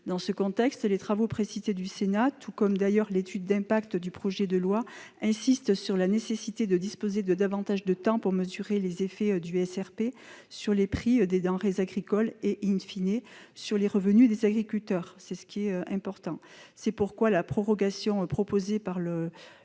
Dans ce contexte, les travaux précités du Sénat, tout comme d'ailleurs l'étude d'impact du présent projet de loi, insistent sur la nécessité de disposer de davantage de temps pour mesurer les effets du SRP sur les prix des denrées agricoles et sur les revenus des agriculteurs. C'est ce qui est important. C'est pourquoi la prorogation proposée par le